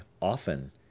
often